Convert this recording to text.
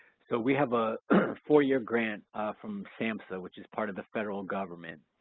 so we have a four-year grant from samhsa, which is part of the federal government,